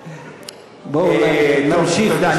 בואו, טוב, תודה, אני